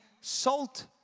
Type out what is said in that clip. salt